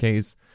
Ks